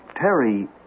Terry